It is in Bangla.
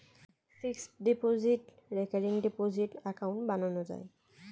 fixed deposit, recurring deposit account বানানো যায়